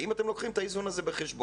האם אתם לוקחים את האיזון הזה בחשבון.